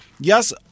yes